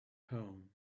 home